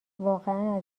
واقعا